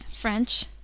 French